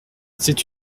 c’est